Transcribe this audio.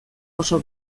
oso